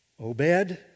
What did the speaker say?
Obed